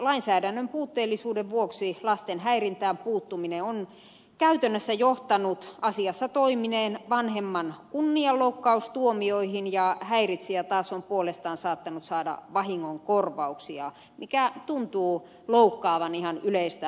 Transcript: lainsäädännön puutteellisuuden vuoksi lasten häirintään puuttuminen on käytännössä johtanut asiassa toimineen vanhemman kunnianloukkaustuomioihin ja häiritsijä taas on puolestaan saattanut saada vahingonkorvauksia mikä tuntuu loukkaavan ihan yleistä oikeustajua